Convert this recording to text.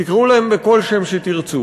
תקראו להם בכל שם שתרצו,